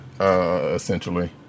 essentially